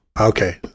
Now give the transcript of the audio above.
okay